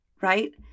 right